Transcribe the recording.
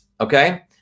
okay